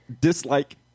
dislike